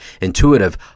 intuitive